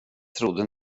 trodde